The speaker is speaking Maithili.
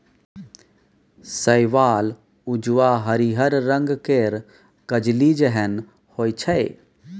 शैवाल उल्वा हरिहर रंग केर कजली जेहन होइ छै